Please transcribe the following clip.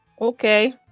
Okay